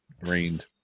rained